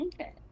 Okay